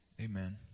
Amen